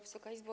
Wysoka Izbo!